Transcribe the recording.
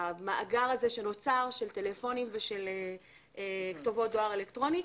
המאגר שנוצר של טלפונים ושל כתובות דואר אלקטרוני.